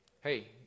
hey